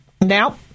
now